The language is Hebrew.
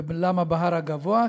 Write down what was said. ולמה להר הגבוה?